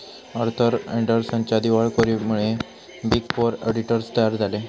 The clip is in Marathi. आर्थर अँडरसनच्या दिवाळखोरीमुळे बिग फोर ऑडिटर्स तयार झाले